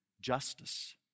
justice